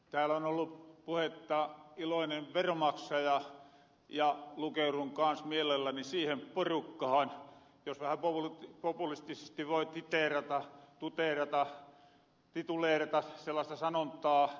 tääl on ollu puhetta iloinen veronmaksaja ja lukeurun kans mielelläni siihen porukkahan jos vähä populistisesti voi titeerata tuteerata tituleerata sellasta sanontaa